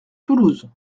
toulouse